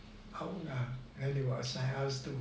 ah then they will assign us to